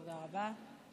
תודה רבה.